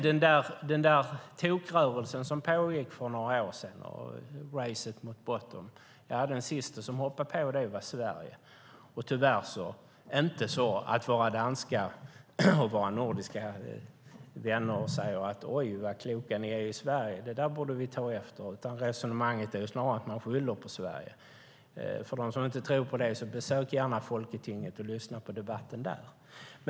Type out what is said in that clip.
Den där tokrörelsen som pågick för några år sedan och racet mot botten - ja, den siste som hoppade på det var Sverige. Våra vänner i Danmark och de andra nordiska länderna säger inte: Oj, vad kloka ni är, det där borde vi ta efter. Resonemanget är snarare att man skyller på Sverige. De som inte tror på det kan besöka Folketinget och lyssna på debatten där.